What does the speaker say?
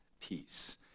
peace